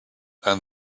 and